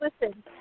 listen